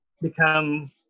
become